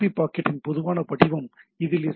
B பாக்கெட்டின் பொதுவான வடிவம் இதில் எஸ்